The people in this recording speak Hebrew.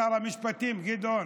שר המשפטים גדעון,